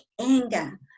anger